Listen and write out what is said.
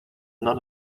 not